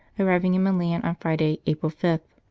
arriving in milan on friday, april five.